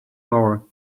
more